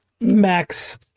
Max